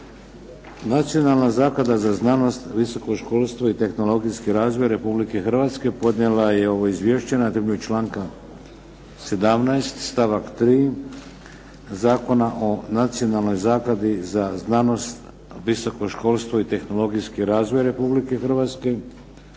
Nacionalna zaklada za znanost, visoko školstvo i tehnologijski razvoj Republike Hrvatske podnijelo je ovo izvješće na temelju članka 17. stavak 3. Zakona o Nacionalnoj zakladi za znanost, visoko školstvo i tehnologijski razvoj Republike Hrvatske.